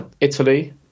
Italy